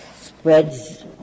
spreads